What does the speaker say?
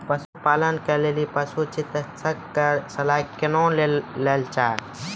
पशुपालन के लेल पशुचिकित्शक कऽ सलाह कुना लेल जाय?